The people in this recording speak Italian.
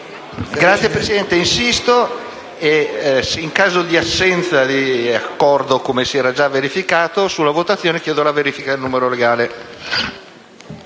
*(LN-Aut)*. Insisto e, in caso di assenza di accordo, come si era già verificato, sulla votazione chiedo la verifica del numero legale.